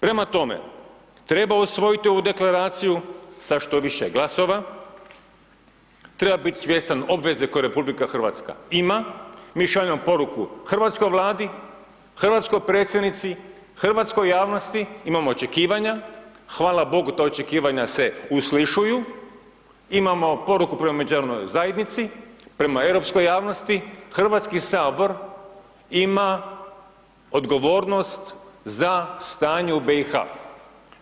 Prema tome, treba usvojiti ovu deklaraciju sa što više glasova, treba biti svjestan obveze koju RH ima, mi šaljemo poruku hrvatskoj Vladi, hrvatskoj Predsjednici, hrvatskoj javnosti, imamo očekivanja, hvala bogu ta očekivanja se uslišuju, imamo poruku prema međunarodnoj zajednici, prema europskoj javnosti, Hrvatski sabor ima odgovornost za stanje u BiH-u.